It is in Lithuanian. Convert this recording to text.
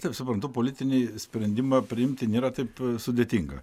taip suprantu politinį sprendimą priimti nėra taip sudėtinga